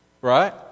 Right